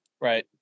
right